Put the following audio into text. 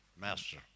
master